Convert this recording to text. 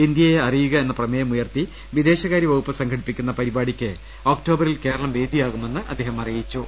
ഇന്ത്യയെ അറിയുക എന്ന പ്രമേയമുയർത്തി വിദേശകാര്യവകുപ്പ് സംഘടിപ്പിക്കുന്ന പരിപ്പാടിക്ക് ഒക് ടോബറിൽ കേരളം വേദിയാകുമെന്ന് അദ്ദേഹം അറിയിച്ചു